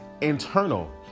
internal